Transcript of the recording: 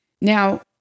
Now